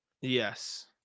Yes